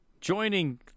joining